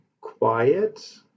quiet